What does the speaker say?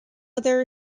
other